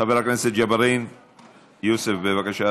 חבר הכנסת ג'בארין, יוסף, בבקשה,